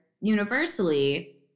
universally